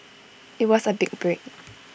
IT was A big break